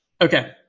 Okay